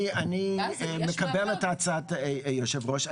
אני מקבל את הצעת היושב ראש,